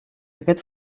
aquest